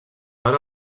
hora